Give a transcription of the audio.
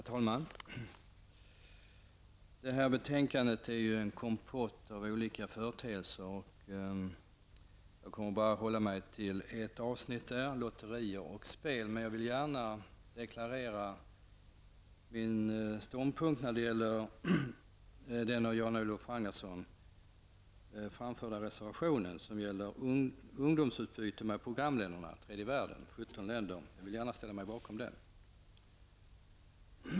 Herr talman! Detta betänkande är en kompott av olika företeelser. Jag kommer bara att hålla mig till ett avsnitt, lotterier och spel. Men jag vill gärna deklarera min ståndpunkt när det gäller den av Jan Olof Ragnarsson framförda reservationen om ungdomsutbyte med 17 programländer i tredje världen. Jag vill gärna ställa mig bakom den.